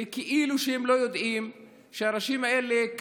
וכאילו שהם לא יודעים שהאנשים האלה,